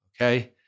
okay